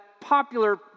popular